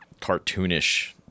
cartoonish